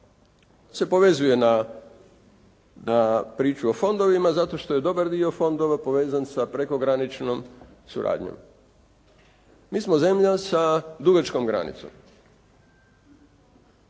se povezuje na priču o fondovima zato što je dobar dio fondova povezan sa prekograničnom suradnjom. Mi smo zemlja sa dugačkom granicom